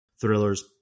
thrillers